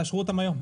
תאשרו אותן היום.